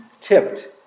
tipped